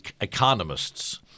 economists